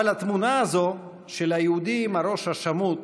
אבל התמונה הזו של היהודי עם הראש השמוט